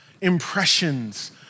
impressions